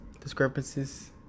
discrepancies